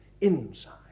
inside